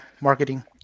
Marketing